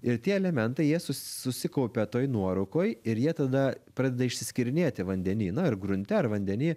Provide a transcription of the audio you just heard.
ir tie elementai jie sus susikaupia toj nuorūkoj ir jie tada pradeda išskyrinėti vandeny na ir grunte ar vandeny